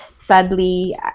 Sadly